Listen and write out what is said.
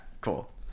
cool